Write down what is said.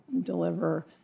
deliver